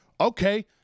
Okay